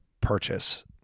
purchase